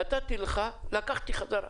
נתתי לך רשות דיבור ולקחתי חזרה.